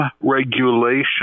regulation